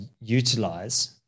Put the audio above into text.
utilize